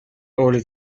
all